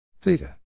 Theta